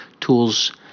tools